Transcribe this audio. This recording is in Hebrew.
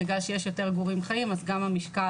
בגלל שיש יותר גורים חיים אז גם המשקל